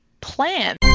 plan